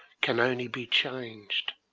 can only be changed.